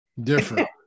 Different